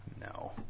No